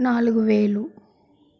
నాలుగు వేలు